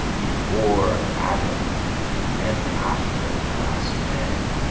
before adam and after the last man.